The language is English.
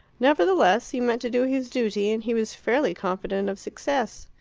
nevertheless, he meant to do his duty, and he was fairly confident of success.